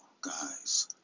guys